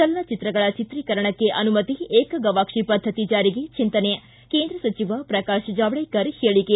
ಚಲನಚಿತ್ರಗಳ ಚಿತ್ರಿಕರಣಕ್ಕೆ ಅನುಮತಿ ಏಕಗವಾಕ್ಷಿ ಪದ್ಧತಿ ಜಾರಿಗೆ ಚಿಂತನೆ ಕೇಂದ್ರ ಸಚಿವ ಪ್ರಕಾಶ್ ಜಾವಡೆಕರ್ ಹೇಳಿಕೆ